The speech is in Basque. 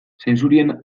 zainzurien